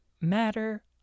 Matter